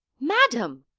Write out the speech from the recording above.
madam!